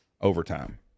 overtime